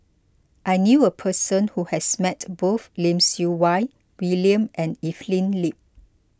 I knew a person who has met both Lim Siew Wai William and Evelyn Lip